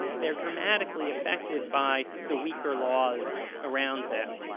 they're dramatically affected by the weaker laws around them,